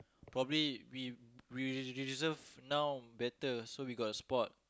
probably we we we reserve now better so we got a spot